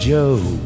Joe